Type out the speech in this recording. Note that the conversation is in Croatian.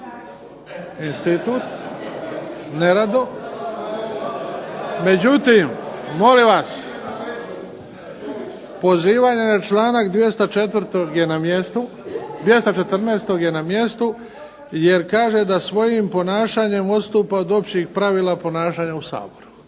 institut, međutim, molim vas, pozivanje na članak 214. je na mjestu jer kaže da svojim ponašanjem odstupa od općih pravila ponašanja u Saboru.